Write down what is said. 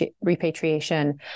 repatriation